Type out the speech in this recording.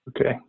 Okay